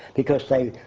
because they.